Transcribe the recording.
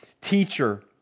teacher